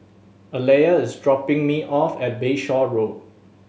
Aleah is dropping me off at Bayshore Road